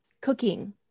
cooking